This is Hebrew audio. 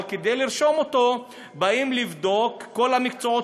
אבל כדי לרשום אותו באים לבדוק את כל המקצועות